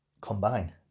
combine